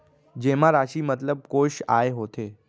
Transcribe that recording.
जेमा राशि मतलब कोस आय होथे?